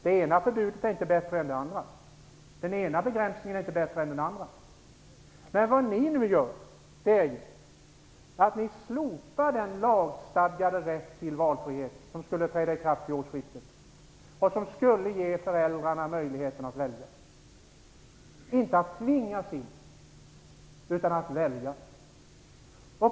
Det ena förbudet är inte bättre än det andra, den ena begränsningen är inte bättre än den andra. Vad ni nu gör är att slopa den lagstadgade rätt till valfrihet som skulle träda i kraft vid årsskiftet och som skulle ge föräldrarna möjligheten att välja - inte att tvingas in i något, utan att välja.